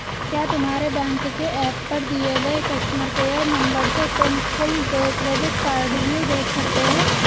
क्या तुम्हारे बैंक के एप पर दिए गए कस्टमर केयर नंबर से तुम कुल देय क्रेडिट कार्डव्यू देख सकते हो?